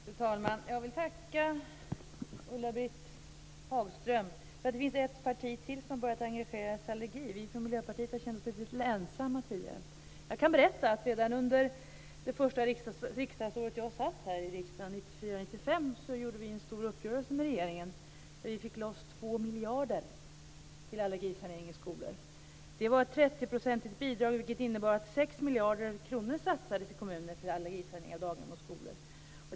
Fru talman! Jag vill tacka Ulla-Britt Hagström för att det finns ett parti till som har börjat engagera sig i allergifrågorna. Vi från Miljöpartiet har känt oss lite ensamma tidigare. Jag kan berätta att vi redan under det första riksdagsår jag satt i riksdagen, 1994/95, träffade en stor uppgörelse med regeringen, där vi fick loss 2 miljarder till allergisanering i skolor. Det var ett 30 procentigt bidrag, vilket innebar att 6 miljarder kronor satsades i kommuner för att allergisanera daghem och skolor.